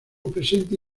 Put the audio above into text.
presente